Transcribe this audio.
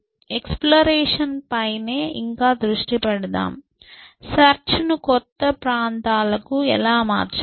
ఎక్సప్లోరేషన్పైనే ఇంకా దృష్టి పెడుతున్నాం సెర్చ్ను క్రొత్త ప్రాంతాలకు ఎలా మార్చగలం